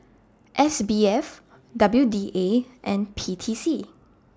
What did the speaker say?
S B F W D A and P T C